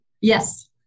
Yes